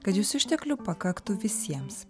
kad jūs išteklių pakaktų visiems